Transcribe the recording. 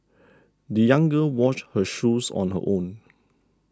the young girl washed her shoes on her own